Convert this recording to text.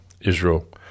Israel